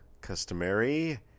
customary